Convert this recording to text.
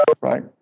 right